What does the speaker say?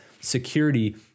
security